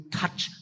touch